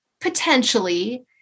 potentially